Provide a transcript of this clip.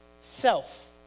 self